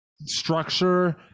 structure